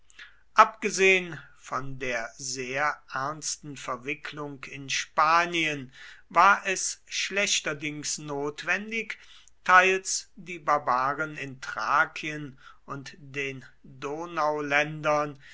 abgesehen von der sehr ernsten verwicklung in spanien war es schlechterdings notwendig teils die barbaren in thrakien und den